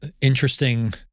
interesting